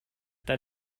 that